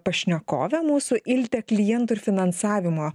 pašnekovę mūsų iltė klientų ir finansavimo